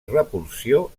repulsió